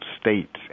states